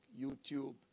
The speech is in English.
YouTube